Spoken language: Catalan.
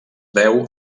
deu